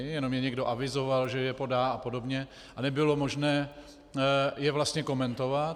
Jenom je někdo avizoval, že je podá apod., a nebylo možné je vlastně komentovat.